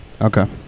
Okay